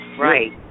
Right